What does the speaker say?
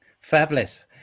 Fabulous